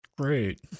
great